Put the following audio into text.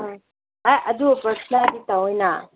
ꯑꯥ ꯑꯦ ꯑꯗꯨ ꯄꯔꯊꯥꯅꯗꯤ ꯇꯧꯋꯦꯅꯥ